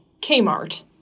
Kmart